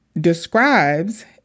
describes